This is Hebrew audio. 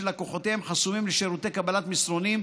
לקוחותיהן חסומים לשירותי קבלת מסרונים,